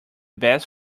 best